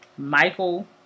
Michael